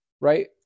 right